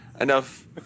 enough